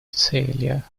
целях